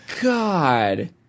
God